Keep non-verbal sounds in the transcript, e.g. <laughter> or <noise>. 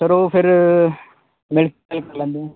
sir ਉਹ ਫਿਰ <unintelligible> ਲੈਂਦੇ ਹੈ